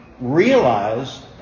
realize